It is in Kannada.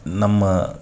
ನಮ್ಮ